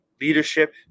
leadership